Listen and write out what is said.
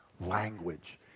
language